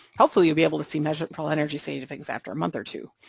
hopefully you'll be able to see measurable energy savings after a month or two.